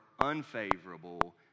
unfavorable